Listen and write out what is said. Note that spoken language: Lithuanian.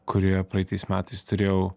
kurioje praeitais metais turėjau